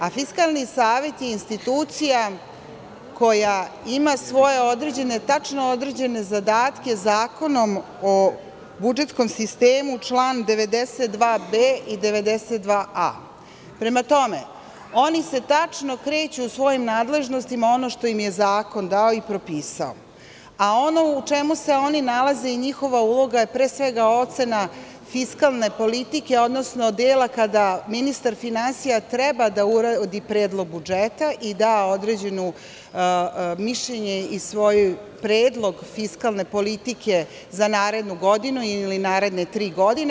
A Fiskalni savet je institucija koja ima svoje određene tačno određene zadatke Zakonom o budžetskom sistemu član 92b i 92a. Prema tome, oni se tačno kreću u svojim nadležnostima ono što im je zakon dao i propisao, a ono u čemu se oni nalaze i njihova uloga je, pre svega, ocena fiskalne politike, odnosno dela kada ministar finansija treba da uradi predlog budžeta i da određeno mišljenje i svoj predlog fiskalne politike za narednu godinu ili naredne tri godine.